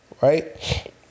right